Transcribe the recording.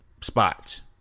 spots